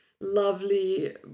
lovely